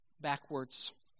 backwards